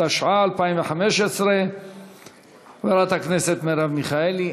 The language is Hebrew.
התשע"ה 2015. חברת הכנסת מרב מיכאלי,